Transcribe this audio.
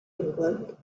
england